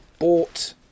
bought